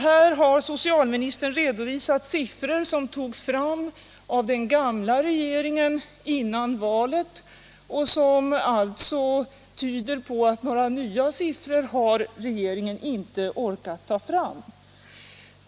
Här har socialministern redovisat siffror som tagits fram av den gamla regeringen före valet, något som alltså tyder på att nya siffror har regeringen inte orkat ta fram.